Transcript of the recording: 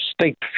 state